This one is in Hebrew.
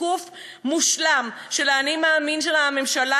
שיקוף מושלם של ה"אני מאמין" של הממשלה,